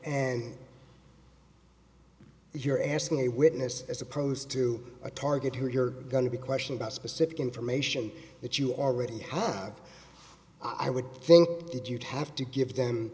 and you're asking a witness as opposed to a target who you're going to be questioned about specific information that you already have i would think that you'd have to give them